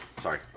Sorry